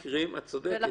ולכן --- את צודקת.